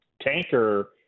Tanker